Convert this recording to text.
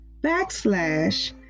backslash